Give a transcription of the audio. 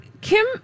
Kim